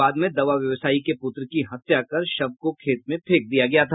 बाद में दवा व्यवसायी के पुत्र की हत्या कर शव को खेत में फेंक दिया गया था